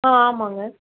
ஆ ஆமாம்ங்க